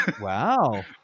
Wow